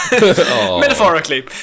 metaphorically